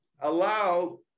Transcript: allow